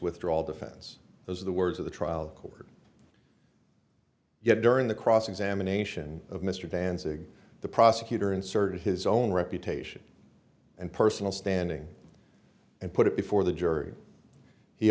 withdrawal defense those are the words of the trial court yet during the cross examination of mr van zig the prosecutor inserted his own reputation and personal standing and put it before the jury he